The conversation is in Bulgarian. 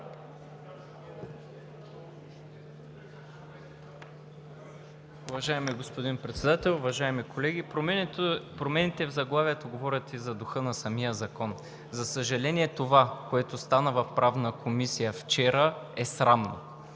Уважаеми господин Председател, уважаеми колеги! Промените в заглавието говорят и за духа на самия закон. За съжаление, това, което стана в Правната комисия вчера, е срамно.